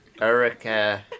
Erica